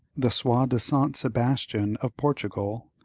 the soi-disant sebastian of portugal,